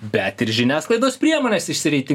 bet ir žiniasklaidos priemonės išsireitin